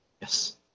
Yes